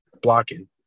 blocking